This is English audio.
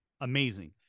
amazing